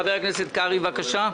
חבר הכנסת שלמה קרעי, בבקשה.